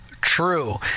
true